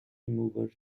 remover